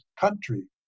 country